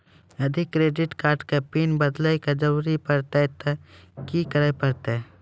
यदि credit card के PIN बदले के जरूरी परतै ते की करे परतै?